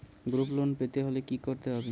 Group loan পেতে হলে কি করতে হবে?